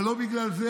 אבל לא בגלל זה.